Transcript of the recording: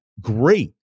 great